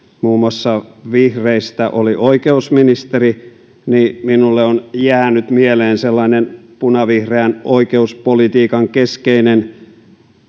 muun muassa vihreistä oli oikeusministeri niin minulle on jäänyt mieleen sellainen punavihreän oikeuspolitiikan keskeinen